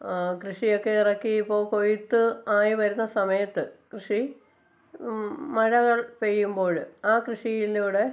കൃഷിയെക്കെ ഇറക്കി ഇപ്പോൾ കൊയ്ത്ത് ആയി വരുന്ന സമയത്ത് കൃഷി മഴകള് പെയ്യുമ്പോഴ് ആ കൃഷിയിലൂടെ